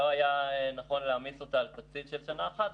היה נכון להעמיס אותה על תקציב של שנה אחת,